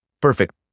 Perfect